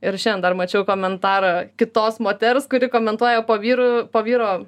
ir šiandien dar mačiau komentarą kitos moters kuri komentuoja po vyrų po vyro